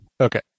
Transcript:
Okay